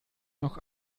noch